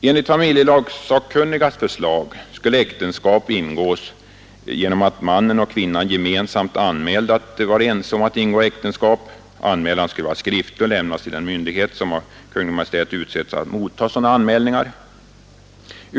Enligt familjelagssakkunnigas förslag skulle äktenskap ingås genom att mannen och kvinnan gemensamt anmälde att de var ense om att ingå äktenskap. Anmälan skulle vara skriftlig och lämnas till den myndighet som av Kungl. Maj:t utsetts att motta sådana anmälningar.